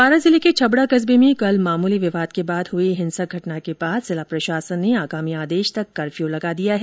बारां जिले के छबड़ा कस्बे में कल मामूली विवाद के बाद हुई हिंसक घटना के बाद जिला प्रशासन ने आगामी आदेश तक कफर्यू लगा दिया है